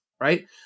right